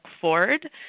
forward